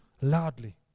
loudly